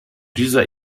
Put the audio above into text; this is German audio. dieser